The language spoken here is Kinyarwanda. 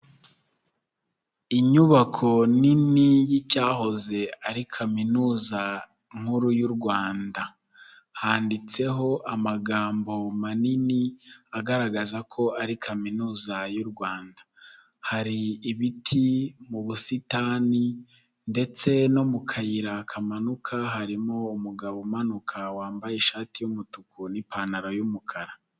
Inyubako nini y'icyahoze ari kaminuza nkuru y'u rwanda, handitseho amagambo manini agaragaza ko ari kaminuza y'u rwanda. Hari ibiti mu busitani ndetse no mu kayira kamanuka harimo umugabo umanuka wambaye ishati y'umutuku n'ipantaro yumukara.